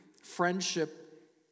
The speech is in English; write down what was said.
Friendship